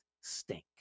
stink